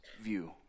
view